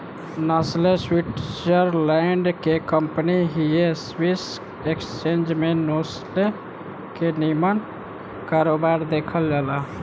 Nestle Switzerland के company हिय Swiss exchange में नेस्ले के निमन कारोबार देखल जाला